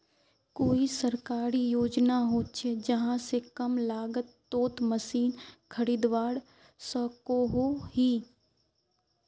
कोई सरकारी योजना होचे जहा से कम लागत तोत मशीन खरीदवार सकोहो ही?